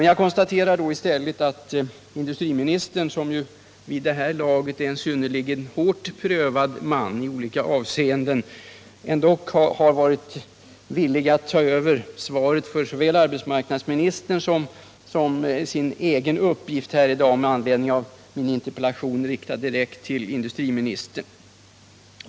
Jag konstaterar då i stället att industriministern, som ju vid det här laget är en synnerligen hårt prövad man i olika avseenden, har varit villig att ta både svaret för arbetsmarknadsministern och sin egen uppgift här i dag med anledning av min interpellation, riktad direkt till industriministern.